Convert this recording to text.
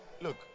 look